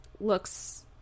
looks